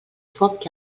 foc